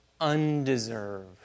undeserved